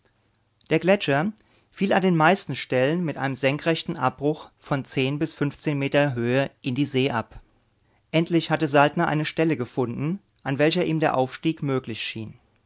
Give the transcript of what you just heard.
der gletscher fiel an den meisten stellen mit einem senkrechten abbruch von zehn bis fünfzehn metern höhe in die see ab endlich hatte saltner eine stelle gefunden an welcher ihm der aufstieg möglich schien